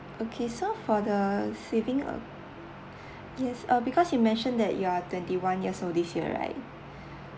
okay so for the saving ac~ yes uh because you mentioned that you're twenty-one years old this year right